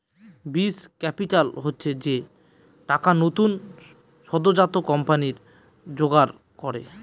বীজ ক্যাপিটাল হচ্ছে যে টাকা নতুন সদ্যোজাত কোম্পানি জোগাড় করে